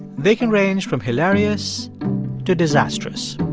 they can range from hilarious to disastrous.